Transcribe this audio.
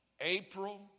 April